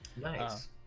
Nice